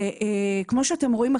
כמו שאתם רואים,